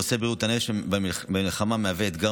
נושא בריאות הנפש במלחמה מהווה אתגר